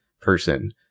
person